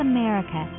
America